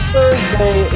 Thursday